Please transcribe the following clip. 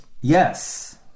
Yes